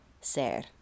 ser